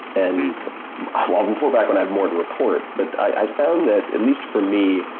and i'll report back when i have more to report but i've found that at least for me,